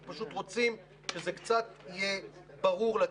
אנחנו פשוט רוצים שזה קצת יהיה ברור לציבור.